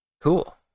cool